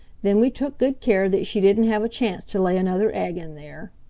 then we took good care that she didn't have a chance to lay another egg in there.